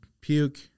puke